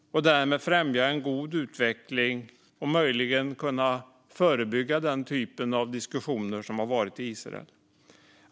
Därmed ska den främja en god utveckling och möjligen kunna förebygga den typ av diskussioner som har ägt rum i Israel.